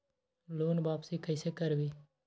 Loan वापसी कैसे करबी?